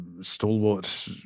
stalwart